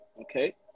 Okay